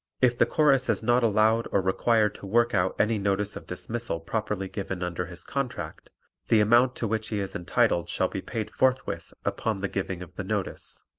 if the chorus is not allowed or required to work out any notice of dismissal properly given under his contract the amount to which he is entitled shall be paid forthwith upon the giving of the notice.